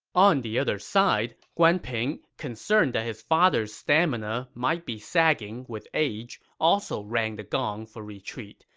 on the other side, guan ping, concerned that his father's stamina might be sagging with age, also rang the gong for retreat.